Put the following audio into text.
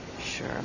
Sure